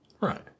Right